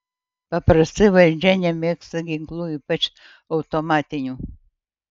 paprastai valdžia nemėgsta ginklų ypač automatinių